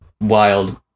Wild